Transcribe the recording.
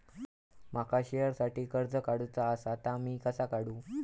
माका शेअरसाठी कर्ज काढूचा असा ता मी कसा काढू?